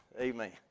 Amen